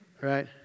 right